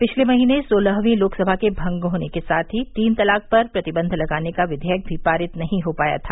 पिछले महीने सोलहवीं लोकसभा के भंग होने के साथ ही तीन तलाक पर प्रतिबंध लगाने का विधेयक भी पारित नहीं हो पाया था